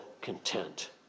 content